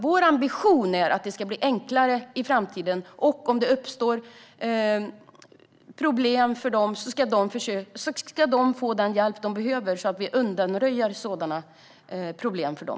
Vår ambition är att det ska bli enklare i framtiden. Om det uppstår problem ska de få den hjälp de behöver så att problemen undanröjs för dem.